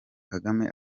kagame